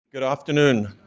good afternoon.